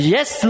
Yes